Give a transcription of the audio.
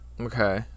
okay